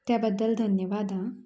त्या बद्दल धन्यवाद आं